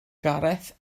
gareth